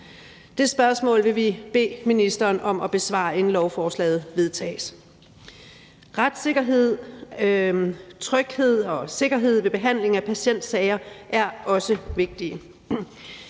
Det spørgsmål vil vi bede ministeren om at besvare, inden lovforslaget vedtages. Retssikkerhed, tryghed og sikkerhed ved behandling af patientsager er også vigtige.